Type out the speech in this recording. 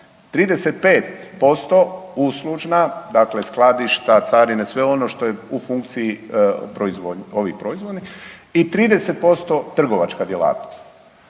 35% uslužna, dakle skladišta, carine, sve ono što je u funkciji proizvodne, ovih proizvodnih, i 30% trgovačka djelatnost